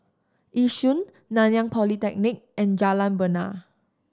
Yishun Nanyang Polytechnic and Jalan Bena